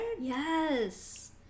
Yes